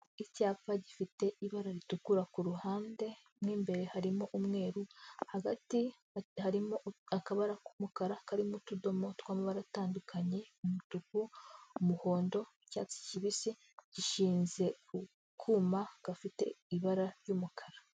Icyapa gifite ibara ritukura kuru ruhande mu imbere harimo umweru, hagati hari akabara k'umukara karimo utudomo tw'amabaratandu, umutuku, umuhondo, icyatsi kibisi, gishinze ku kuma gafite ibara ry'umukara.